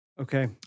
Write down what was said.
Okay